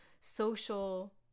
social